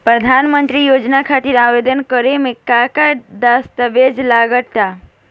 प्रधानमंत्री योजना खातिर आवेदन करे मे का का दस्तावेजऽ लगा ता?